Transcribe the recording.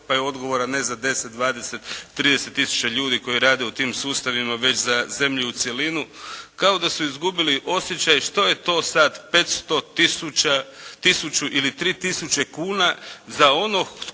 pa je odgovoran ne za 10, 20, 30000 ljudi koji rade u tim sustavima već za zemlje u cjelinu kao da su izgubili osjećaj što je to sad 500, 1000 ili 3000 kuna za onog